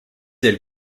elle